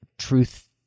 truth